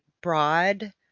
broad